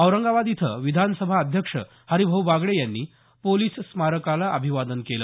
औरंगाबाद इथं विधानसभा अध्यक्ष हरिभाऊ बागडे यांनी पोलिस स्मारकाला अभिवादन केलं